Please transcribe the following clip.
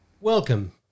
Welcome